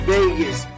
Vegas